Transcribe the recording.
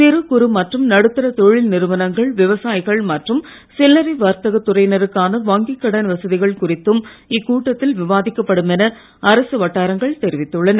சிறு குறு மற்றும் நடுத்தர தொழல் நிறுவனங்கள் விவசாயிகள் மற்றும் சில்லரை வர்த்தகத் துறையினருக்கான வங்கிக் கடன் வசதிகள் குறித்தும் இக்கூட்டத்தில் விவாதிக்கப்படும் என அரசு வட்டாரங்கள் தெரிவித்துள்ளன